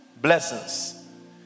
blessings